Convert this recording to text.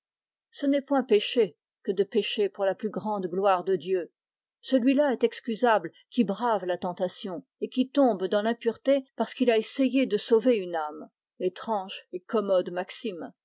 ce n'est point pécher que de pécher pour la plus grande gloire de dieu celui-là est excusable qui brave la tentation et qui tombe dans l'impureté parce qu'il a essayé de sauver une âme étrange et commode maxime